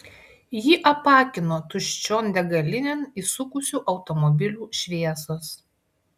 jį apakino tuščion degalinėn įsukusių automobilių šviesos